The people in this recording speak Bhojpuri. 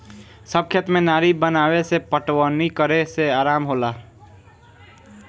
सब खेत में नारी बनावे से पटवनी करे में आराम होला